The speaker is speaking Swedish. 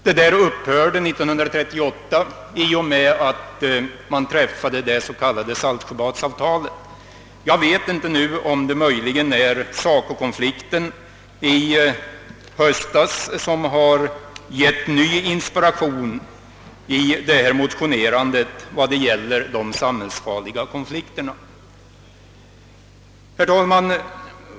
Det upphörde i och med att det s.k. Saltsjöbadsavtalet träffades 1938. Jag vet inte om det möjligen är så att SACO-konflikten i höstas gav ny inspiration till motionerandet om de samhällsfarliga konflikterna. Herr talman!